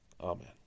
Amen